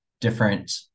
different